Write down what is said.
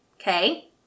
okay